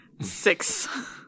Six